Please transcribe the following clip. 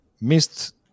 missed